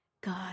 God